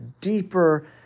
deeper